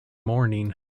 morning